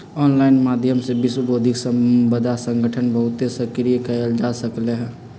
online माध्यम से विश्व बौद्धिक संपदा संगठन बहुते सक्रिय कएल जा सकलई ह